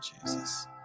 Jesus